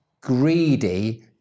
greedy